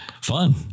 fun